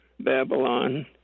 Babylon